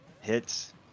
Hits